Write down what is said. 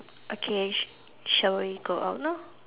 okay sh~ shall we go out now